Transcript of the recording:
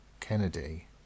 Kennedy